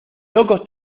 locos